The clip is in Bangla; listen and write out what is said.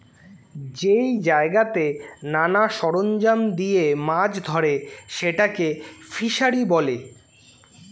যেই জায়গাতে নানা সরঞ্জাম দিয়ে মাছ ধরে সেটাকে ফিসারী বলে